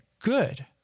good